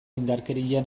indarkeria